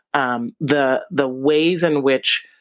um the the ways in which